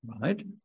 right